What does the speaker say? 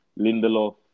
Lindelof